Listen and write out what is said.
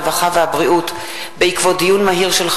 הרווחה והבריאות בעקבות דיון מהיר בנושא: נערות ערביות במצוקה,